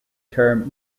term